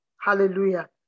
Hallelujah